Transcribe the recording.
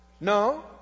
No